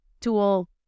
tool